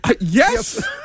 Yes